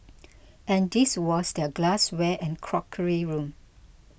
and this was their glassware and crockery room